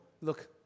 look